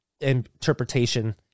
interpretation